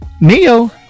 neo